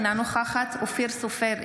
אינה נוכחת אופיר סופר,